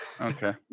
okay